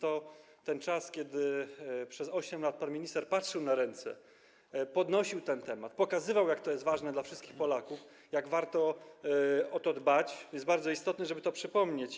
To był ten czas, kiedy przez 8 lat pan minister patrzył na ręce, podnosił ten temat, pokazywał, jak to jest ważne dla wszystkich Polaków, jak warto o to dbać, jak bardzo jest istotne, żeby o tym przypomnieć.